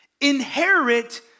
Inherit